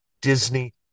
Disney